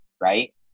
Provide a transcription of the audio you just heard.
right